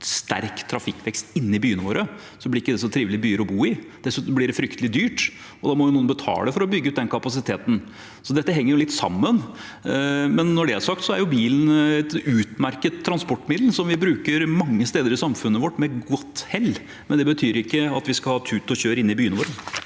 sterk trafikkvekst inne i byene våre, blir det ikke så trivelige byer å bo i. Dessuten blir det fryktelig dyrt, og noen må jo betale for å bygge ut den kapasiteten, så dette henger litt sammen. Når det er sagt, er bilen et utmerket transportmiddel som vi bruker mange steder i samfunnet vårt med godt hell, men det betyr ikke at vi skal ha tut og kjør inne i byene våre.